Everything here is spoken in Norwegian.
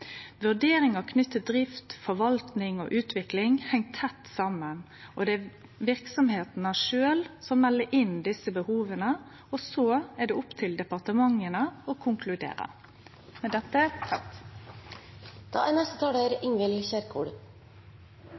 Vurderingar knytte til drift, forvalting og utvikling heng tett saman, og det er verksemdene sjølve som melder inn desse behova, og så er det opp til departementa å konkludere. Arbeiderpartiets mål er